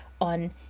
on